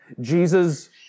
Jesus